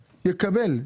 בערעור, יקבל.